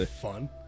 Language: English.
fun